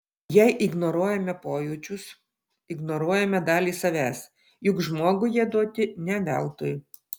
jei ignoruojame pojūčius ignoruojame dalį savęs juk žmogui jie duoti ne veltui